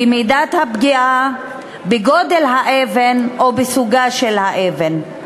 במידת הפגיעה, בגודל האבן או בסוגה של האבן?